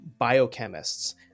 biochemists